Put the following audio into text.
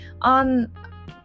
on